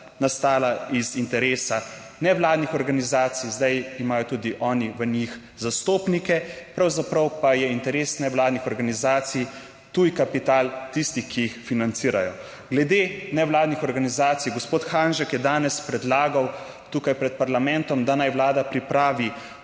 (nadaljevanje) nevladnih organizacij, zdaj imajo tudi oni v njih zastopnike, pravzaprav pa je interes nevladnih organizacij tuj kapital tistih, ki jih financirajo. Glede nevladnih organizacij, gospod Hanžek je danes predlagal tukaj pred parlamentom, da naj Vlada pripravi